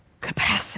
capacity